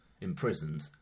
imprisoned